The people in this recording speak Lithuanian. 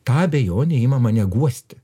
ta abejonė ima mane guosti